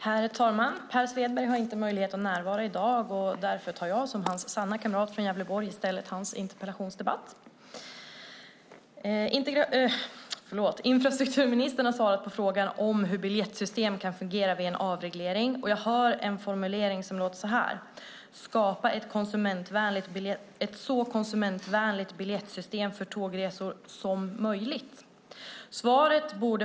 Herr talman! Per Svedberg har inte möjlighet att närvara här i dag. Därför tar jag som hans sanna kamrat från Gävleborg hans interpellationsdebatt. Infrastrukturministern har svarat på frågan om hur biljettsystem kan fungera vid en avreglering. Jag hör en formulering om att skapa "ett så konsumentvänligt biljettsystem för tågresor som möjligt".